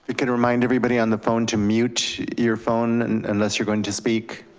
but can remind everybody on the phone to mute your phone unless you're going to speak.